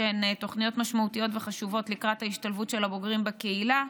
שהן תוכניות משמעותיות וחשובות לקראת ההשתלבות של הבוגרים בקהילה,